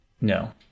No